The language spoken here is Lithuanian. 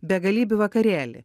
begalybių vakarėly